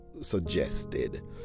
suggested